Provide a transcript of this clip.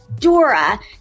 Dora